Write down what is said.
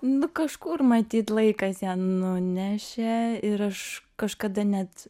nu kažkur matyt laikas ją nunešė ir aš kažkada net